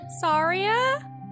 Saria